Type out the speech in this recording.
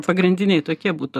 pagrindiniai tokie būtų